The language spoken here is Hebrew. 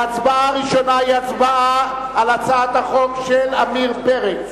ההצבעה הראשונה היא הצבעה על הצעת החוק של עמיר פרץ,